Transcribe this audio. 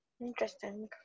Interesting